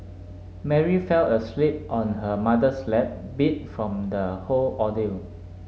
Mary fell asleep on her mother's lap beat from the whole ordeal